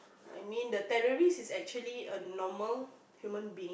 I mean the terrorist is actually a normal human being